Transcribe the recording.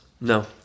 No